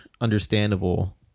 understandable